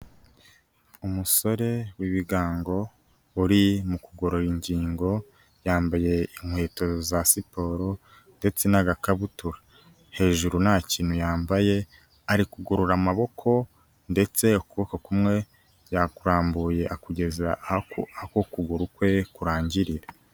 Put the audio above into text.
Umusore w'ibigango uri mu kugorora ingingo, yambaye inkweto za siporo ndetse n'agakabutura, hejuru nta kintu yambaye, ari kugorora amaboko ndetse ukuboko kumwe akurambuye akugeza aho ukuguru kwe kurangirira.